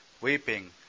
weeping